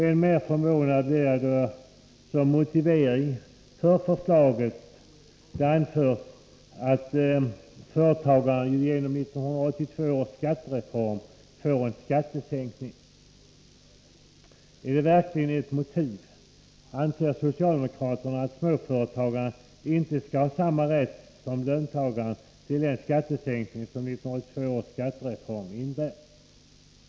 Än mera förvånad blir jag då det som motivering för förslaget anförs att företagarna genom 1982 års skattereform får en skattesänkning. Är detta verkligen ett motiv? Anser socialdemokraterna att småföretagare inte skall ha samma rätt som löntagarna till den skattesänkning som 1982 års skattereform innebär?